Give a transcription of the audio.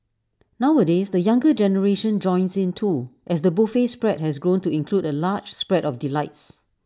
nowadays the younger generation joins in too as the buffet spread has grown to include A large spread of delights